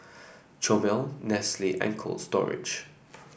Chomel Nestle and Cold Storage